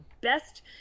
best